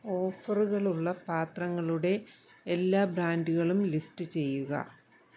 ഓഫറുകളുള്ള പാത്രങ്ങളുടെ എല്ലാ ബ്രാൻറ്റുകളും ലിസ്റ്റ് ചെയ്യുക